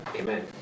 amen